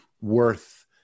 worth